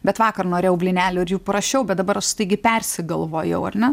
bet vakar norėjau blynelių ir jų prašiau bet dabar aš staigiai persigalvojau ar ne